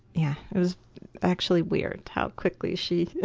yeah it was actually weird how quickly she